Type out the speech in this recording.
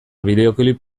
bideoklip